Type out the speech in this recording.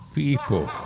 people